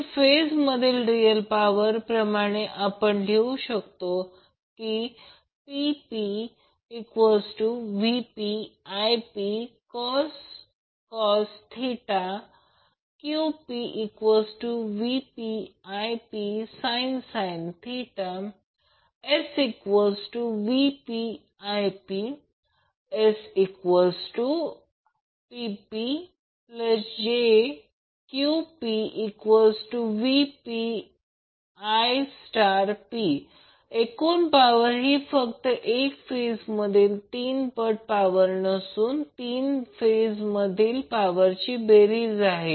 तर फेज मधील real power प्रमाणे आपण लिहू शकतो PpVpIpcos QpVpIpsin SpVpIp SpPpjQpVpIp एकूण पॉवर ही फक्त एक फेज मधील तीन पट पॉवर नसून 3 फेज मधील पॉवरची बेरीज आहे